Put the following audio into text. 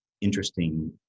interesting